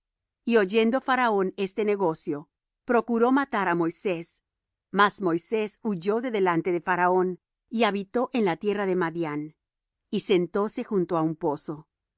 y oyendo faraón este negocio procuró matar á moisés mas moisés huyó de delante de faraón y habitó en la tierra de madián y sentóse junto á un pozo